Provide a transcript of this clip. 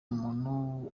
muntu